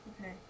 Okay